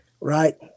right